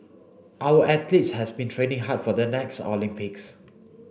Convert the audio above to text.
our athletes have been training hard for the next Olympics